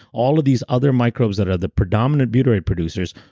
all of these other microbes that are the predominant butyrate producers,